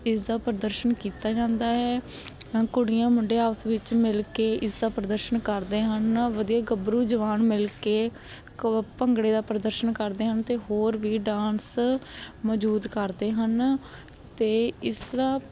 ਇਸਦਾ ਪ੍ਰਦਰਸ਼ਨ ਕੀਤਾ ਜਾਂਦਾ ਹੈ ਕੁੜੀਆਂ ਮੁੰਡੇ ਆਪਸ ਵਿੱਚ ਮਿਲ ਕੇ ਇਸ ਦਾ ਪ੍ਰਦਰਸ਼ਨ ਕਰਦੇ ਹਨ ਵਧੀਆ ਗੱਭਰੂ ਜਵਾਨ ਮਿਲ ਕੇ ਭੰਗੜੇ ਦਾ ਪ੍ਰਦਰਸ਼ਨ ਕਰਦੇ ਹਨ ਅਤੇ ਹੋਰ ਵੀ ਡਾਂਸ ਮੌਜੂਦ ਕਰਦੇ ਹਨ ਅਤੇ ਇਸਦਾ